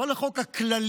לא על החוק הכללי,